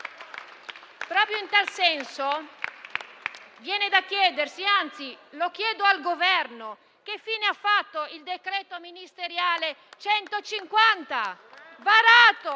Proprio in tal senso, viene da chiedersi - anzi, lo chiedo al Governo - che fine ha fatto il decreto interministeriale del 7